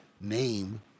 name